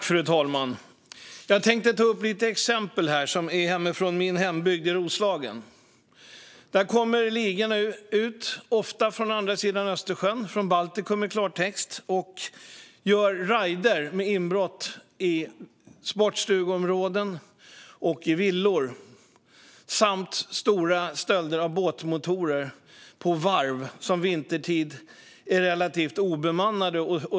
Fru talman! I min hembygd i Roslagen kommer ligorna ofta från andra sidan Östersjön, från Baltikum i klartext, och gör räder i sportstugeområden och villaområden. De stjäl också mycket båtmotorer på varv, som under höst och vinter är relativt obemannade.